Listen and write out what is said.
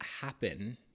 happen